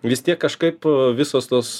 vis tiek kažkaip visos tos